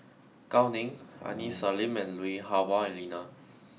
Gao Ning Aini Salim and Lui Hah Wah Elena